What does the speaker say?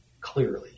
clearly